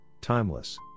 timeless